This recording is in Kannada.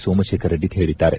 ಸೋಮಶೇಖರ ರೆಡ್ಡಿ ಹೇಳಿದ್ದಾರೆ